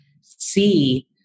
see